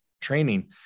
training